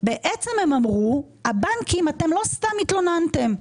בעצם הם אמרו הבנקים אתם לא סתם התלוננתם.